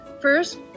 First